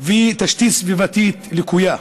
ותשתית סביבתית לקויה.